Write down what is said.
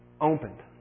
opened